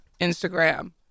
Instagram